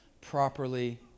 properly